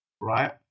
right